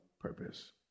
purpose